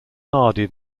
hardy